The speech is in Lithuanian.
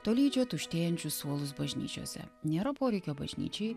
tolydžio tuštėjančius suolus bažnyčiose nėra poreikio bažnyčiai